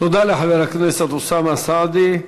תודה לחבר הכנסת אוסאמה סעדי.